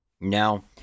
No